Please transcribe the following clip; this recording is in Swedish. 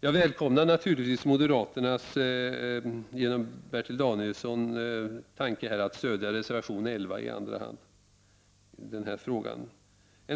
Jag välkomnar naturligtvis moderaternas tanke, som Bertil Danielsson här har framfört, att stödja reservation 11 i andra hand i denna fråga.